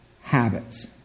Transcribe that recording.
habits